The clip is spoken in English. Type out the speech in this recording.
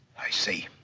i see.